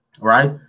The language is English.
Right